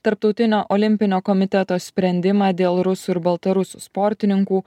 tarptautinio olimpinio komiteto sprendimą dėl rusų ir baltarusių sportininkų